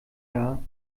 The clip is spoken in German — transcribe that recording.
jahr